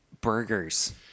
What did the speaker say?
burgers